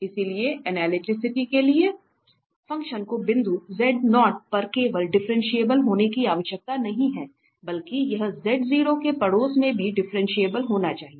इसलिए एनालिटिसिटी के लिए फ़ंक्शन को बिंदु पर केवल डिफरेंशिएबल होने की आवश्यकता नहीं है बल्कि यह के पड़ोस में भी डिफरेंशिएबल होना चाहिए